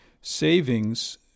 savings